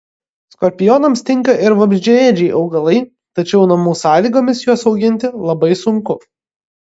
skorpionams tinka ir vabzdžiaėdžiai augalai tačiau namų sąlygomis juos auginti labai sunku